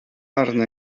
arna